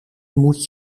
moet